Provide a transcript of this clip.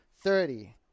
Thirty